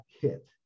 kit